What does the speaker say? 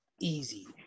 Easy